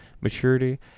maturity